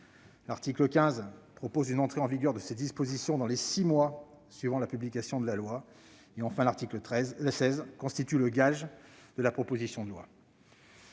L'article 15 propose une entrée en vigueur de ces dispositions dans les six mois suivant la publication de la loi. Enfin, l'article 16 constitue le gage de la proposition de loi.